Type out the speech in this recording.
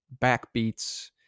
backbeats